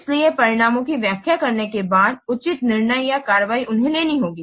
इसलिए परिणामों की व्याख्या करने के बाद उचित निर्णय या कार्रवाई उन्हें लेनी होगी